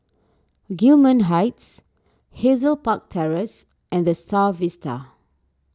Gillman Heights Hazel Park Terrace and the Star Vista